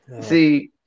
See